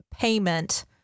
payment